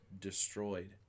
destroyed